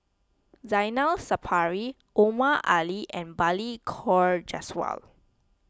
Zainal Sapari Omar Ali and Balli Kaur Jaswal